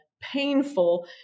painful